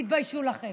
תתביישו לכם.